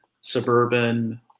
suburban